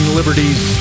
Liberties